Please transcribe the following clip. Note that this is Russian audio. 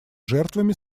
жертвами